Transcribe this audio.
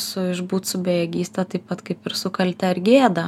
su išbūt su bejėgyste taip pat kaip ir su kalte ar gėda